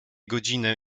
godzinę